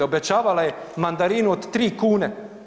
Obećavala je mandarinu od 3 kune.